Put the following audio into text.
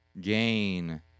gain